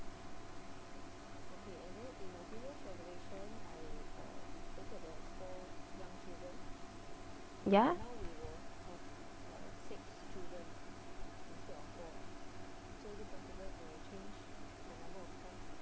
ya